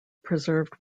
preserved